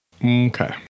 Okay